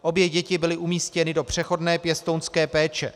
Obě děti byly umístěny do přechodné pěstounské péče.